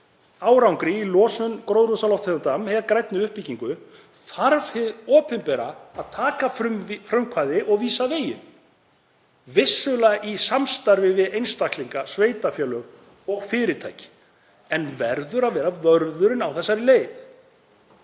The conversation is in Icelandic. árangri í losun gróðurhúsalofttegunda með grænni uppbyggingu þarf hið opinbera að taka frumkvæði og vísa veginn, vissulega í samstarfi við einstaklinga, sveitarfélög og fyrirtæki, en það verður að vera vörðurinn á þessari leið.